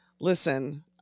Listen